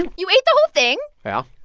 and you ate the whole thing? yeah.